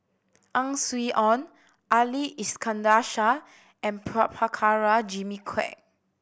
Ang Swee Aun Ali Iskandar Shah and Prabhakara Jimmy Quek